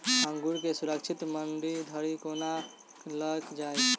अंगूर केँ सुरक्षित मंडी धरि कोना लकऽ जाय?